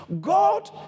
God